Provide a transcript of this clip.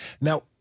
Now